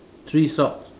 three socks